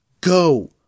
go